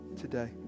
today